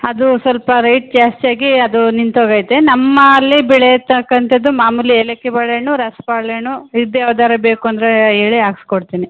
ಅದು ಸ್ವಲ್ಪ ರೇಟ್ ಜಾಸ್ತಿಯಾಗಿ ಅದು ನಿಂತು ಹೋಗೈತೆ ನಮ್ಮಲ್ಲಿ ಬೆಳೆಯತಕ್ಕಂಥದ್ದು ಮಾಮೂಲಿ ಏಲಕ್ಕಿ ಬಾಳೆಹಣ್ಣು ರಸ ಬಾಳೆಹಣ್ಣು ಇದು ಯಾವ್ದಾದ್ರು ಬೇಕು ಅಂದರೆ ಹೇಳಿ ಹಾಕ್ಸಿ ಕೊಡ್ತೀನಿ